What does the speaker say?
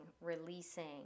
releasing